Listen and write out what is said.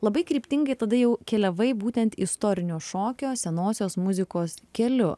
labai kryptingai tada jau keliavai būtent istorinio šokio senosios muzikos keliu